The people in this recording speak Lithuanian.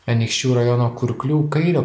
anykščių rajono kurklių kairio